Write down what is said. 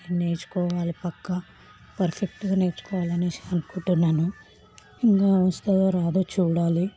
నేను నేర్చుకోవాలి పక్కా పర్ఫెక్ట్గా నేర్చుకోవాలనేసి అనుకుంటున్నాను ఇంక వస్తుందో రాదో చూడాలి